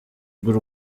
bw’u